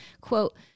quote